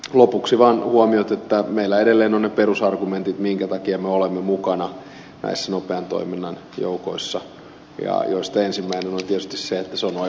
lopuksi vaan huomiot että meillä edelleen ovat ne perusargumentit minkä takia me olemme mukana nopean toiminnan joukoissa joista ensimmäinen on tietysti se että se on oiva koulutusmahdollisuus meidän joukoillemme